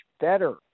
better